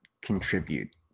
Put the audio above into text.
contribute